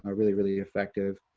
ah really, really effective.